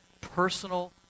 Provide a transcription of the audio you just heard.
personal